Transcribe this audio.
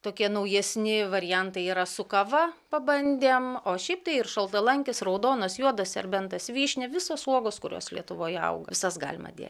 tokie naujesni variantai yra su kava pabandėm o šiaip tai ir šaltalankis raudonas juodas serbentas vyšnia visos uogos kurios lietuvoje auga visas galima dėti